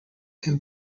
can